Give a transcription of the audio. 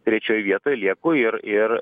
trečioj vietoj lieku ir ir